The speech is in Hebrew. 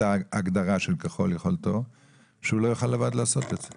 ההגדרה של ככל יכולתו והוא לא יכול לעשות זאת לבד.